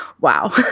wow